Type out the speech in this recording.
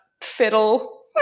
fiddle